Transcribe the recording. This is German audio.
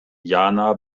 jana